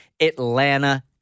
Atlanta